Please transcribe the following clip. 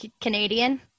Canadian